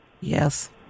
Yes